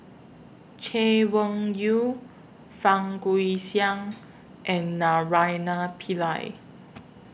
Chay Weng Yew Fang Guixiang and Naraina Pillai